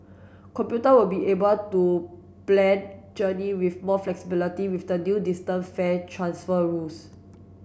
computer will be able to plan journey with more flexibility with the new distance fare transfer rules